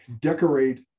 decorate